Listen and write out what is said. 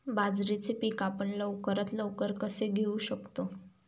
बाजरीचे पीक आपण लवकरात लवकर कसे घेऊ शकतो?